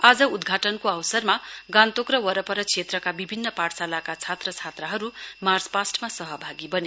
आज उद्घाटनके अवसरमा गान्तोक र वरपर क्षेत्रका विभिन्न पाठशालाका छात्रछात्राहरु मार्चपास्टमा सहभागी बने